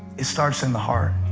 it starts in the heart.